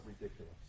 ridiculous